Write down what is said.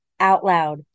OUTLOUD